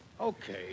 okay